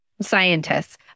scientists